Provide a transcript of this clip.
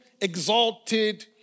exalted